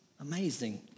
amazing